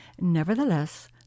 Nevertheless